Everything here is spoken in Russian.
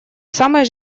самой